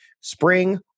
spring